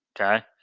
Okay